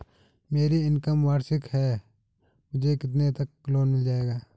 मेरी इनकम वार्षिक है मुझे कितने तक लोन मिल जाएगा?